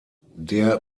der